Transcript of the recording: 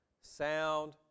sound